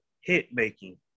Hit-making